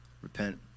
repent